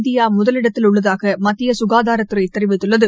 India முதலிடத்தில் உள்ளதாக மத்திய சுகாதாரத்துறை தெரிவித்துள்ளது